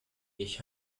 ich